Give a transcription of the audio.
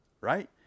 right